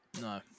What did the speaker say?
no